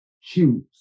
choose